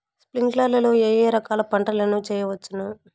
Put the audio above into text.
స్ప్రింక్లర్లు లో ఏ ఏ రకాల పంటల ను చేయవచ్చును?